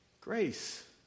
Grace